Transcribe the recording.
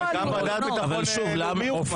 גם ועדה לביטחון לאומי הוקמה.